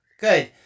good